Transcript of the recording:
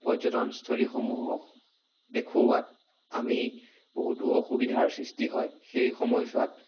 পৰ্যটনস্থালীসমূহো দেখোওৱাত আমি বহুতো অসুবিধাৰ সৃষ্টি হয় সেই সময়ছোৱাত